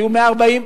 היו 140,